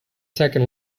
second